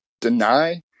deny